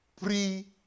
pre